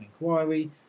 inquiry